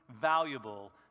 valuable